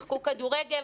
שיחקו כדורגל,